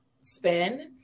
spin